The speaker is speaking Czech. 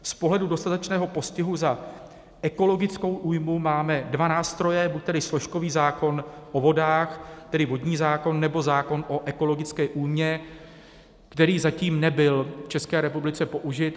Z pohledu dostatečného postihu za ekologickou újmu máme dva nástroje, buď tedy složkový zákon o vodách, tedy vodní zákon, nebo zákon o ekologické újmě, který zatím nebyl v České republice použit.